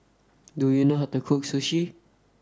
do you know how to cook Sushi